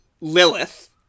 Lilith